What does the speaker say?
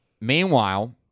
meanwhile